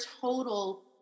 total